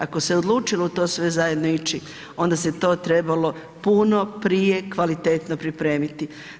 Ako se odlučilo u to sve zajedno ići onda se to trebalo puno prije kvalitetno pripremiti.